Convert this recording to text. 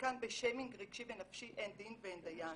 וכאן בשיימינג רגשי ונפשי אין דין ואין דיין,